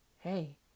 Hey